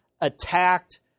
attacked